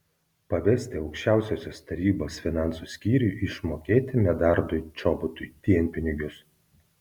pavesti aukščiausiosios tarybos finansų skyriui išmokėti medardui čobotui dienpinigius